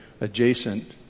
adjacent